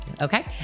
Okay